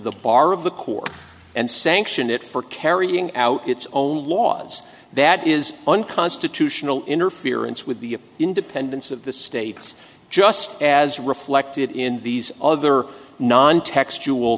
the bar of the court and sanction it for carrying out its own laws that is unconstitutional interference with the independence of the states just as reflected in these other non textual